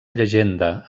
llegenda